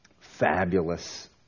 fabulous